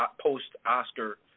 post-Oscar